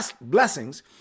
blessings